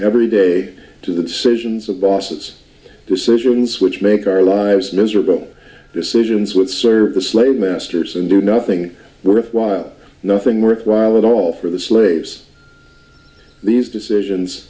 every day to the citizens of boss it's decisions which make our lives miserable decisions with serve the slave masters and do nothing worthwhile nothing worthwhile at all for the slaves these decisions